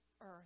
earth